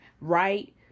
right